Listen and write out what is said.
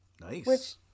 Nice